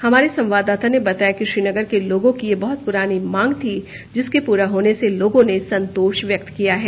हमारे संवाददाता ने बताया है कि श्रीनगर के लोगों की यह बहुत पुरानी मांग थी जिसके पूरा होने से लोगों ने संतोष व्यक्त किया है